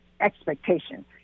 expectation